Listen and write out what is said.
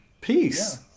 Peace